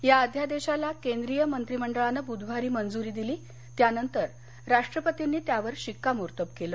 या अध्यादेशाला केंद्रीय मंत्रिमंडळानं ब्रधवारी मंजूरी दिली त्यानंतर राष्ट्रपतींनी त्यावर शिक्कामोर्तब केलं